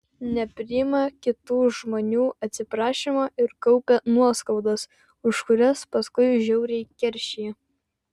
nepriima kitų žmonių atsiprašymo ir kaupia nuoskaudas už kurias paskui žiauriai keršija